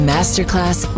Masterclass